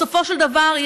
בסופו של דבר,